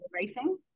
Racing